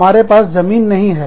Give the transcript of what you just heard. हमारे पास जमीन नहीं है